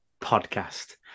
Podcast